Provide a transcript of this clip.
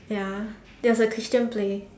ya there was a Christian play